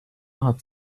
hat